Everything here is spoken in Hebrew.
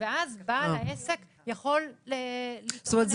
ואז בעל העסק --- זאת אומרת,